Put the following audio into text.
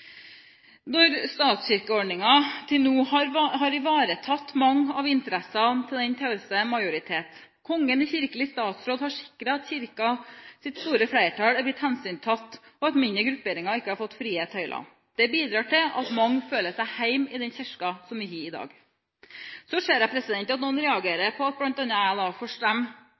Til nå har statskirkeordningen ivaretatt mange av interessene til den tause majoritet. Kongen i kirkelig statsråd har sikret at Kirkens store flertall er blitt hensyntatt, og at mindre grupperinger ikke har fått frie tøyler. Det bidrar til at mange føler seg hjemme i den kirken vi har i dag. Så ser jeg at noen reagerer på at bl.a. jeg får stemme i tråd med min overbevisning, og imot dette forliket. Jeg må si at for